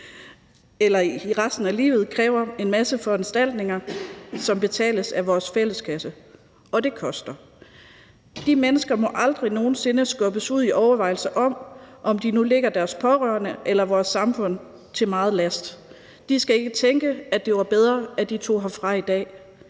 eller resten af livet har brug for en masse foranstaltninger, som betales af vores fælles kasse – og det koster. De mennesker må aldrig nogen sinde skubbes ud i overvejelser om, om de nu lægger deres pårørende eller vores samfund til last. De skal ikke tænke, at det var bedre, hvis de tog herfra i dag.